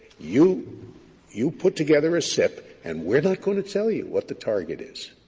you you put together a sip and we're not going to tell you what the target is?